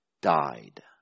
died